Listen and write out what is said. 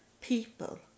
people